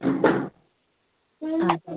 हां